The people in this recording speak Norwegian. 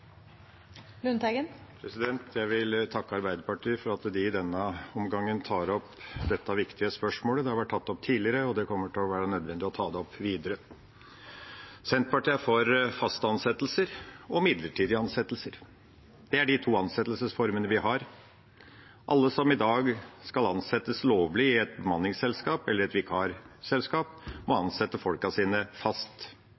denne omgangen tar opp dette viktige spørsmålet. Det har vært tatt opp tidligere, og det kommer til å være nødvendig å ta det opp videre. Senterpartiet er for faste ansettelser og midlertidige ansettelser. Det er de to ansettelsesformene vi har. Alle som i dag skal ansette lovlig i et bemanningsselskap eller i et vikarselskap, må